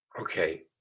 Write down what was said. okay